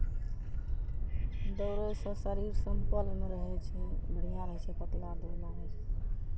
दौड़यसँ शरीर सेम्पलमे रहै छै बढ़िआँ रहै छै पतला दुबला रहै छै